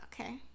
Okay